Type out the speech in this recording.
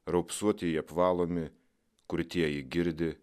raupsuotieji apvalomi kurtieji girdi